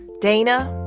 dana,